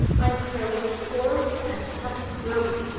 my throat was formed, and such a throat!